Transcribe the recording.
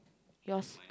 yours